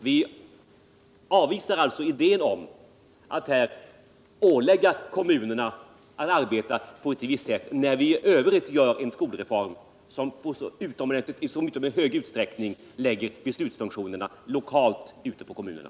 Vi avvisar alltså idén att här ålägga kommunerna att arbeta på ett visst sätt, när vi i Övrigt gör en skolreform som i så utomordentligt stor utsträckning ligger beslutsfunktionerna lokalt, ute hos kommunerna.